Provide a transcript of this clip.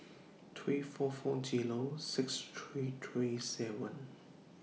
three four four Zero six three three seven